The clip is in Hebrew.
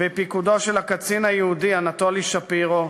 בפיקודו של הקצין היהודי אנטולי שפירו,